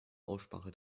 aussprache